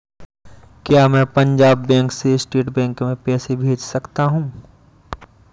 क्या मैं पंजाब बैंक से स्टेट बैंक में पैसे भेज सकता हूँ?